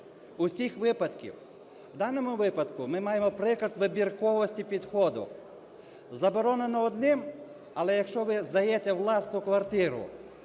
даному випадку ми маємо приклад вибірковості підходу. Заборонено одним, але якщо ви здаєте власну квартиру